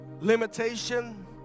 limitation